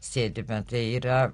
sėdime tai yra